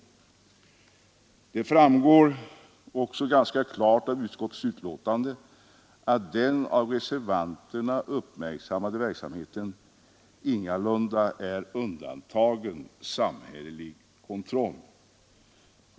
Det framgår väl också ganska klart av utskottets betänkande att den av reservanterna uppmärksammade verksamheten ingalunda är undantagen samhällelig kontroll.